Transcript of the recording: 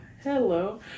hello